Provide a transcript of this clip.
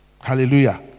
hallelujah